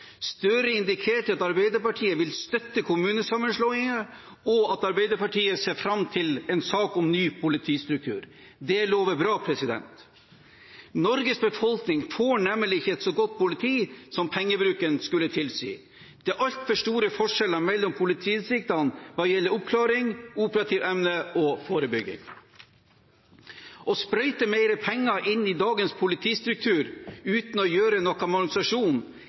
Støre sitt innlegg. Støre indikerte at Arbeiderpartiet vil støtte kommunesammenslåingene, og at Arbeiderpartiet ser fram til en sak om ny politistruktur. Det lover bra. Norges befolkning får nemlig ikke et så godt politi som pengebruken skulle tilsi. Det er altfor store forskjeller mellom politidistriktene hva gjelder oppklaring, operativ evne og forebygging. Å sprøyte mer penger inn i dagens politistruktur uten å gjøre